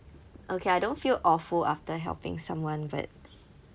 okay I don't feel awful after helping someone but